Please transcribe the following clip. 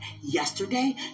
Yesterday